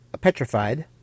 petrified